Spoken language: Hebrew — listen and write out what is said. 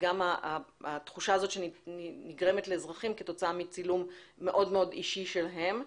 וגם התחושה הזאת שנגרמת לאזרחים כתוצאה מצילום מאוד מאוד אישי שלהם.